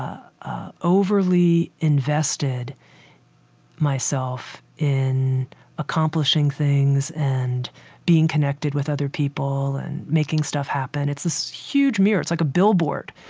ah overly invested myself in accomplishing things and being connected with other people and making stuff happen. it's this huge mirror. it's like a billboard,